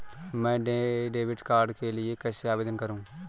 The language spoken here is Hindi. मैं नए डेबिट कार्ड के लिए कैसे आवेदन करूं?